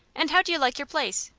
and how do you like your place?